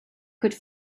could